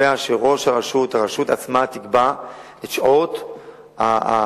קובע שראש הרשות, הרשות עצמה, תקבע את שעות הרחצה.